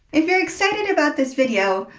if you're excited about this video,